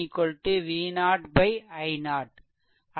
RThevenin V0 i0